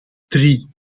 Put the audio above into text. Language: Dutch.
drie